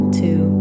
two